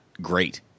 great